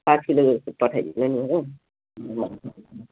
पाँच किलो जस्तो पठाइदिनु नि हो